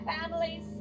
families